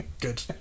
good